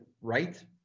right